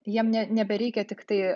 jiem ne nebereikia tiktai